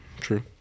True